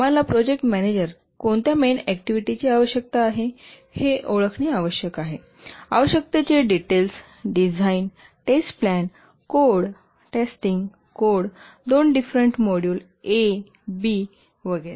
आम्हाला project managers कोणत्या मेन ऍक्टिव्हिटीची आवश्यकता आहे हे ओळखणे आवश्यक आहे आवश्यकतेचे detail design test plan code testing code दोन डिफरेंट मॉड्यूल ए बी वगैरे